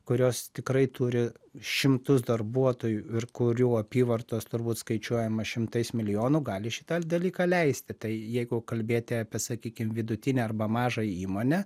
kurios tikrai turi šimtus darbuotojų ir kurių apyvartos turbūt skaičiuojama šimtais milijonų gali šitą dalyką leisti tai jeigu kalbėti apie sakykim vidutinę arba mažą įmonę